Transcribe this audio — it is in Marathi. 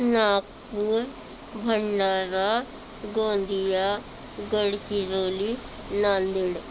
नागपूर भंडारा गोंदिया गडचिरोली नांदेड